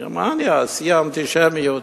גרמניה, שיא האנטישמיות.